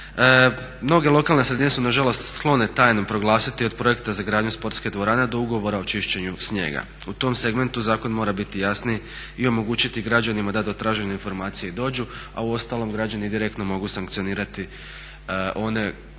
Mnoge lokalne sredine su nažalost sklone tajnom proglasiti od projekta za gradnju sportske dvorane do ugovora o čišćenju snijega. U tom segmentu zakon mora biti jasniji i omogućiti građanima da do tražene informacije dođu, a uostalom građani direktno mogu sankcionirati one gradske,